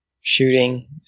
Shooting